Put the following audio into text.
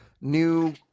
new